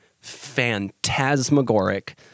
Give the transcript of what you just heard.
phantasmagoric